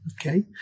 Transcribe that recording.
Okay